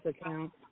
account